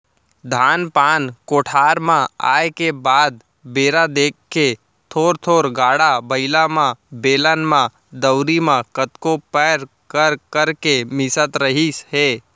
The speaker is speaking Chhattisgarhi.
धान पान कोठार म आए के बाद बेरा देख के थोर थोर गाड़ा बइला म, बेलन म, दउंरी म कतको पैर कर करके मिसत रहिस हे